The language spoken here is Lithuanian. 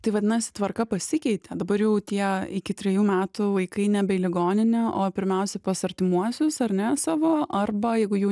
tai vadinasi tvarka pasikeitė dabar jau tie iki trijų metų vaikai nebe į ligoninę o pirmiausia pas artimuosius ar ne savo arba jeigu jų